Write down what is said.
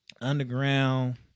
underground